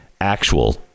actual